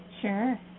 Sure